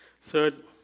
Third